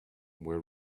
were